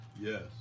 Yes